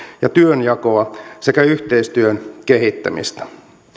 ja työnjakoa sekä yhteistyön kehittämistä